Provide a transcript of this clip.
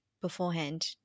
beforehand